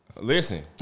Listen